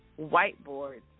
whiteboards